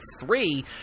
three